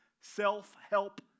self-help